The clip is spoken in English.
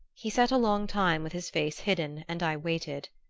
he sat a long time with his face hidden and i waited.